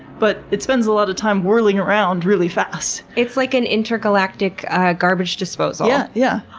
but it spends a lot of time whirling around really fast. it's like an intergalactic garbage disposal. yeah! yeah